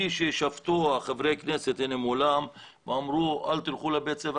כשאמרו לא ללכת לבתי הספר,